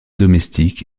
domestique